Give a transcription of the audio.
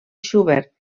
schubert